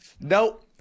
Nope